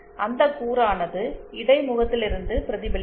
அந்த கூறானது இடைமுகத்திலிருந்து பிரதிபலிக்கும்